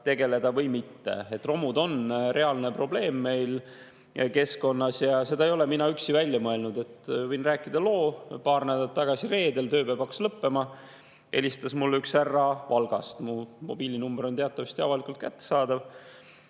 tegeleda. Romud on reaalne probleem keskkonnas ja seda ei ole mina üksi välja mõelnud. Võin rääkida loo. Paar nädalat tagasi reedel, tööpäev hakkas lõppema, helistas mulle üks härra Valgast – mu mobiilinumber on teatavasti avalikult kättesaadav